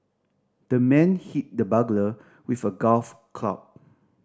the man hit the burglar with a golf club